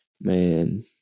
man